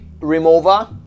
remover